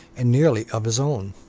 and nearly of his own.